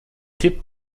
tipp